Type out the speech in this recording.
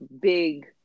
big